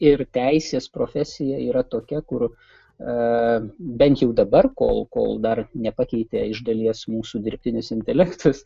ir teisės profesija yra tokia kur aaa bent jau dabar kol kol dar nepakeitė iš dalies mūsų dirbtinis intelektas